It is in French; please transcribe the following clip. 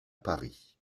paris